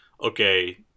okay